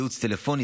ייעוץ טלפוני,